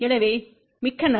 எனவே மிக்க நன்றி